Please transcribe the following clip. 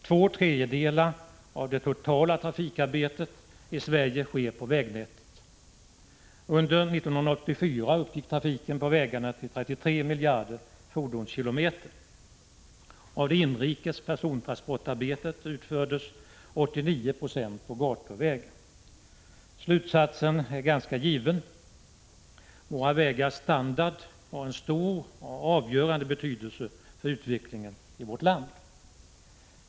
Två tredjedelar av det totala trafikarbetet i Sverige sker på vägnätet. Under 1984 uppgick trafiken på vägarna till 33 miljarder fordonskilometer. Av det inrikes persontransportarbetet utfördes 89 96 på gator och vägar. Slutsatsen är därför given: våra vägars standard har en stor och avgörande betydelse för utvecklingen i vårt land.